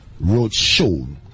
Roadshow